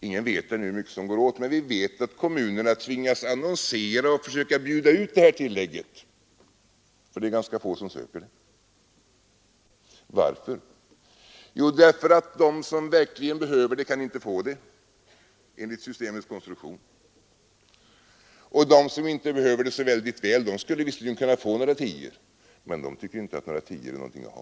Ingen vet ännu hur mycket som går åt, men vi vet att kommunerna tvingas annonsera och försöka bjuda ut detta tillägg eftersom det är ganska få som söker det. Varför? Jo, därför att de som verkligen behöver det inte kan få det, enligt systemets konstruktion! Och de som inte behöver det särskilt väl skulle visserligen kunna få några tior, men de tycker inte att några tior är någonting att ha.